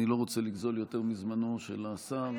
אני לא רוצה לגזול יותר מזמנו של השר.